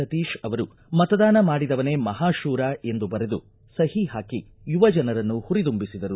ಸತೀಶ ಅವರು ಮತದಾನ ಮಾಡಿದವನೇ ಮಹಾಶೂರ ಎಂದು ಬರೆದು ಸಹಿ ಹಾಕಿ ಯುವಜನರನ್ನು ಹುರಿದುಂಬಿಸಿದರು